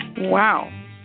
Wow